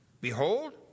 behold